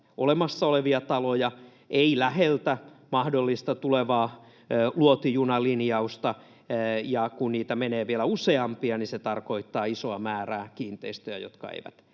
olemassa olevia taloja, ei läheltä mahdollista tulevaa luotijunalinjausta, ja kun näitä menee vielä useampia, se tarkoittaa isoa määrää kiinteistöjä, jotka eivät